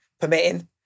permitting